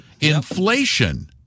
inflation